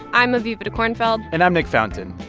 i'm aviva dekornfeld and i'm nick fountain.